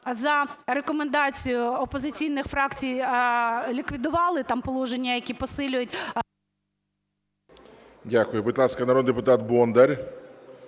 за рекомендацією опозиційних фракцій ліквідували там положення, які посилюють... ГОЛОВУЮЧИЙ. Дякую. Будь ласка, народний депутат Бондар